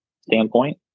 standpoint